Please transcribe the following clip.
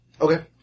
Okay